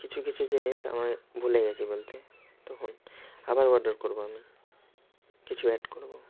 কিছু কিছু জিনিস আমায় ভুলে গেছি বলতে তখন আবার অডার করবো আমি কিছু অ্যাড করবো